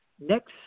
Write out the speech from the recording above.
next